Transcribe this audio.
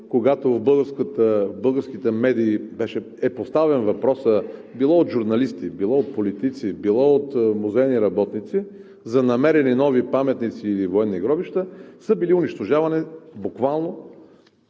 когато от българските медии е поставен въпросът – било от журналисти, било от политици, било от музейни работници, за намерени нови паметници и военни гробища, са били унищожавани буквално